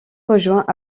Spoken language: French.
rejoint